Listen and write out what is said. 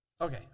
Okay